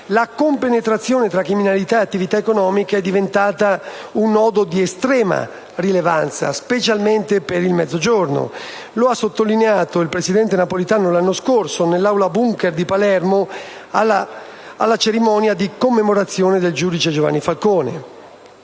la compenetrazione tra criminalità e attività economica è diventata un nodo di estrema rilevanza, specialmente per il Mezzogiorno - lo ha sottolineato il presidente Napolitano l'anno scorso nell'aula *bunker* di Palermo, alla cerimonia di commemorazione del giudice Giovanni Falcone